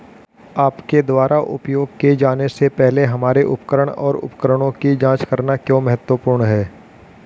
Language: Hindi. आपके द्वारा उपयोग किए जाने से पहले हमारे उपकरण और उपकरणों की जांच करना क्यों महत्वपूर्ण है?